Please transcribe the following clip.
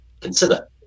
consider